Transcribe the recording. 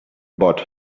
but